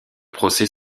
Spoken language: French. procès